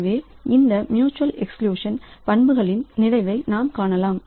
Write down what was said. எனவே இந்த mutual exclusion பண்புகளின் நிறைவை நாம் காணலாம்